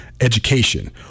Education